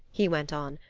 he went on,